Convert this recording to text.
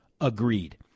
Agreed